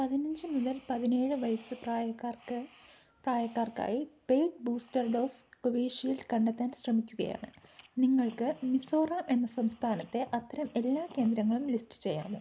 പതിനഞ്ച് മുതൽ പതിനേഴ് വയസ്സ് പ്രായക്കാർക്ക് പ്രായക്കാർക്കായി പേയ്ഡ് ബൂസ്റ്റർ ഡോസ് കോവിഷീൽഡ് കണ്ടെത്താൻ ശ്രമിക്കുകയാണ് നിങ്ങൾക്ക് മിസോറാം എന്ന സംസ്ഥാനത്തെ അത്തരം എല്ലാ കേന്ദ്രങ്ങളും ലിസ്റ്റു ചെയ്യാമോ